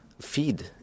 feed